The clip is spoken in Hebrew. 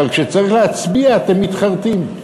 אבל כשצריך להצביע אתם מתחרטים.